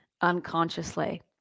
unconsciously